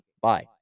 bye